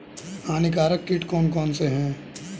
हानिकारक कीट कौन कौन से हैं?